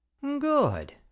Good